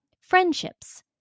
Friendships